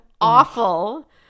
awful